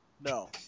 no